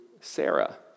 Sarah